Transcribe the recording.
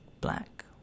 black